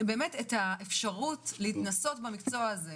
את האפשרות להתנסות במקצוע הזה,